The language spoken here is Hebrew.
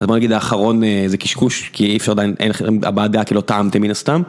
אז בוא נגיד האחרון זה קשקוש, כי אי אפשר עדיין, אין לכם הבעת דעה כי לא טעמתם מן הסתם.